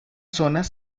zonas